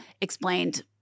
explained